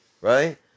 Right